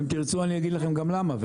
אם תרצו אני אגיד לכם גם למה.